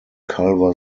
culver